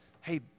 hey